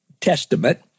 Testament